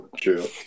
True